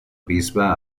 bisbe